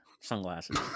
sunglasses